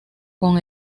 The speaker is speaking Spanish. con